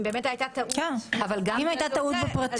אם הייתה טעות --- אבל גם אם הייתה טעות בפרטים,